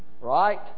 Right